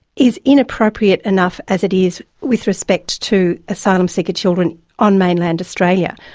is inappropriate enough as it is with respect to asylum seeker children on mainland australia.